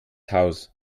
haus